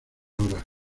lora